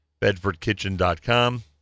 bedfordkitchen.com